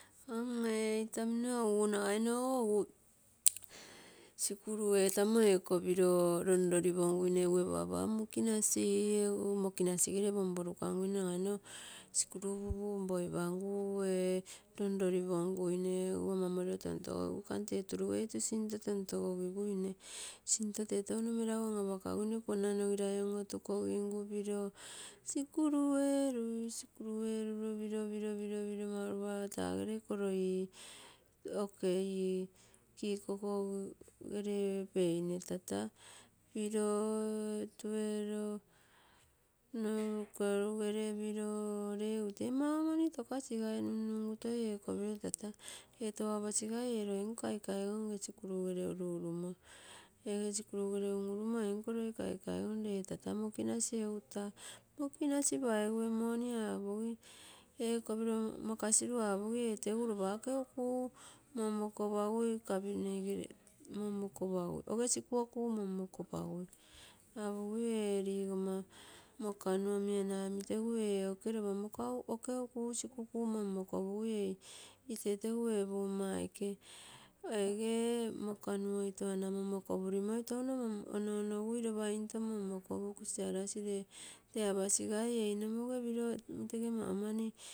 Amm ee itamino egu, nagainogo ogu, sikuru etamo ekopiro lomioliponguine, egu ee papa mokinasi egu moki nasigere ponporukangui nagaimo sikuru punpunpainagu ee lonloriponguine ee ama morilo tontogogigui. Sinto tee touno melagu an-apakaguine kuanainogirai on-otu go gi gu piro lo sikuru erui. Sikuru eruro piro piro mau lopa tagere oke, ee oke kikoko gere peine, tata piro tuerole, noukerue piro lee egu tee mau mani tokasigai nunnungu. Ekopotaa, lee tee tou apasigai ee loinko kaikaigom ege sikuru ere uru-urumo lee egu tata taa mokinasi. Mokinasi paigu ee moni apogi ekopiro makasiru tegu lopa eko kuu monmoko pagui kapinai oge siku monmokopagui. Apogigu ee ligomma moka omi ana oke tegu ee oke lopa siku okuumonmokopagui eeitae tege ee aike ege ana omi moka monmokopamoi tou ono-onogui lopa nto monmokopu kusiarasi lee tege aposigai ee tee nomoge piro tege maumani.